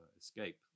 escape